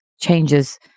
changes